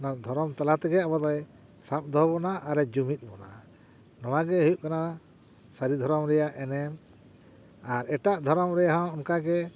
ᱚᱱᱟ ᱫᱷᱚᱨᱚᱢ ᱛᱟᱞᱟᱛᱮᱜᱮ ᱟᱵᱚ ᱫᱚᱭ ᱥᱟᱵ ᱫᱚᱦᱚ ᱵᱚᱱᱟ ᱟᱨᱮ ᱡᱩᱢᱤᱫ ᱵᱚᱱᱟ ᱱᱚᱣᱟᱜᱮ ᱦᱩᱭᱩᱜ ᱠᱟᱱᱟ ᱥᱟᱹᱨᱤ ᱫᱷᱚᱨᱚᱢ ᱨᱮᱭᱟᱜ ᱮᱱᱮᱢ ᱟᱨ ᱮᱴᱟᱜ ᱫᱷᱚᱨᱚᱢ ᱨᱮᱦᱚᱸ ᱚᱱᱠᱟᱜᱮ